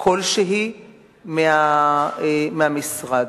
כלשהי מהמשרד.